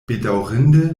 bedaŭrinde